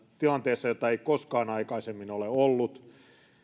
tilanteessa jota ei koskaan aikaisemmin ole ollut